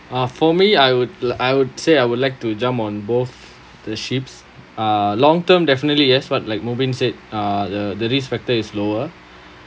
ah for me I would li~ I would say I would like to jump on both the ships uh long term definitely yes what like mubin said uh the the risk factor is lower